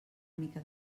mica